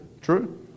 True